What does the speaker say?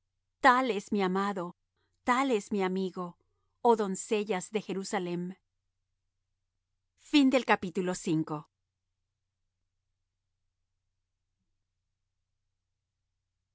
tal es mi amado tal es mi amigo oh doncellas de jerusalem donde